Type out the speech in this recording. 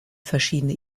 verschiedene